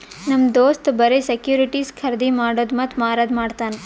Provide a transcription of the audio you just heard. ನಮ್ ದೋಸ್ತ್ ಬರೆ ಸೆಕ್ಯೂರಿಟಿಸ್ ಖರ್ದಿ ಮಾಡಿದ್ದು ಮತ್ತ ಮಾರದು ಮಾಡ್ತಾನ್